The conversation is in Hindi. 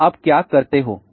तो आप क्या करते हो